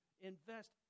invest